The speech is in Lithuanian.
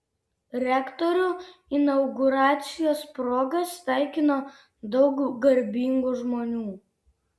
rektorių inauguracijos proga sveikino daug garbingų žmonių